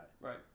right